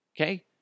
Okay